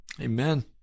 Amen